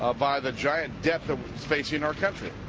ah by the giant depth of space in our country ah.